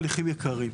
חייב.